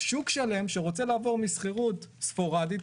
שוק שלם שרוצה לעבור משכירות ספורדית,